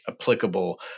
applicable